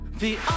The-